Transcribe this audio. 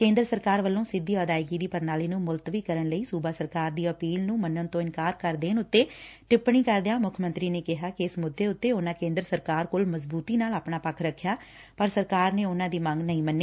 ਕੇ ਂਦਰ ਸਰਕਾਰ ਵੱਲੋਂ ਸਿੱਧੀ ਅਦਾਇਗੀ ਦੀ ਪ੍ਰਣਾਲੀ ਨੂੰ ਮੁਲਤਵੀ ਕਰਨ ਲਈ ਸੂਬਾ ਸਰਕਾਰ ਦੀ ਅਪੀਲ ਨੂੰ ਮੰਨਣ ਤੋਂ ਇਨਕਾਰ ਕਰ ਦੇਣ ਉਤੇ ਟਿੱਪਣੀ ਕਰਦਿਆਂ ਮੁੱਖ ਮੰਤਰੀ ਨੇ ਕਿਹਾ ਇਸ ਮੁੱਦੇ ਉਤੇ ਉਂਨੁਾਂ ਕੇਦਰ ਸਰਕਾਰ ਕੋਲ ਮਜ਼ਬੂਡੀ ਨਾਲ ਆਪਣਾ ਪੱਖ ਰਖਿਆ ਪਰ ਸਰਕਾਰ ਨੇ ਉਨ੍ਹਾਂ ਦੀ ਮੰਗ ਨਹੀਂ ਮੰਨੀ